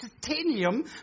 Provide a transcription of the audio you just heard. titanium